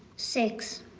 six.